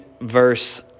verse